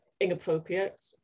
inappropriate